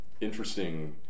interesting